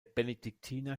benediktiner